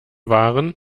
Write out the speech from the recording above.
waren